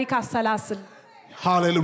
Hallelujah